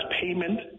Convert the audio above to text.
payment